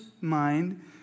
mind